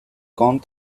gone